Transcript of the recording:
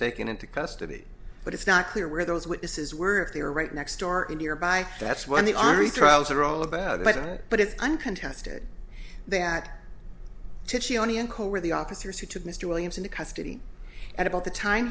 taken into custody but it's not clear where those witnesses were they are right next door in nearby that's when the army trials are all about but it's uncontested that to the officers who took mr williams into custody at about the time